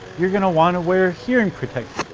you're gonna want to wear hearing protection.